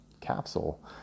capsule